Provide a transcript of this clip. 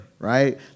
Right